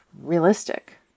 realistic